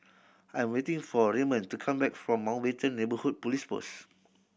I am waiting for Raymon to come back from Mountbatten Neighbourhood Police Post